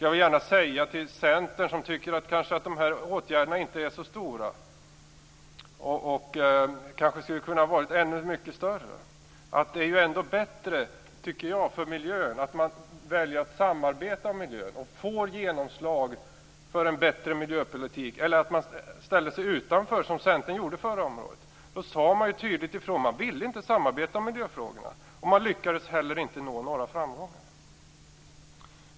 Jag vill gärna säga till Centern, som kanske inte tycker att de här åtgärderna är så stora och att de skulle kunna vara mycket större, att det är bättre för miljön att man väljer att samarbeta om miljön och får genomslag för en bättre miljöpolitik än att man ställer sig utanför, som Centern gjorde förra mandatperioden. Då sade man ju tydligt ifrån att man inte ville samarbeta i miljöfrågorna, och man lyckades inte heller nå några framgångar.